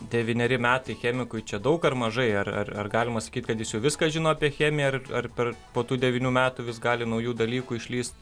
devyneri metai chemikui čia daug ar mažai ar ar ar galima sakyt kad jis jau viską žino apie chemiją ar ar per po tų devynių metų vis gali naujų dalykų išlįst